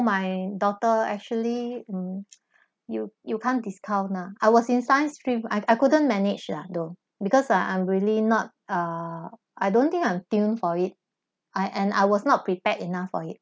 my daughter actually mm you you can't discount lah I was in science stream I I couldn't manage lah though because I I'm really not uh I don't think I'm tuned for it I and I was not prepared enough for it